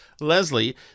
Leslie